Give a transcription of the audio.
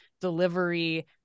delivery